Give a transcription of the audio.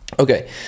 Okay